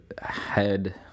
head